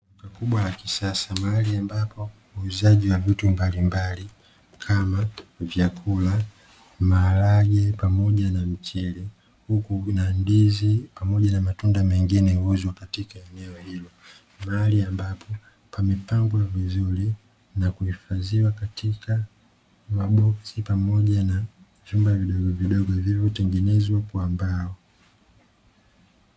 Duka kubwa la kisasa mahali ambapo uuzaji wa vitu mbalimbali kama; vyakula maharage pamoja na mchele huku kuna ndizi pamoja na matunda mengine huuzwa katika eneo hilo. Pahali ambapo pamepangwa vizuri na kuhifadhiwa katika maboksi pamoja na chumba vidogo vidogo vilivyotengenezwa kwa mbao.